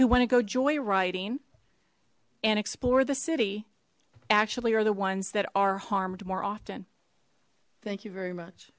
who want to go joyriding and explore the city actually are the ones that are harmed more often thank you very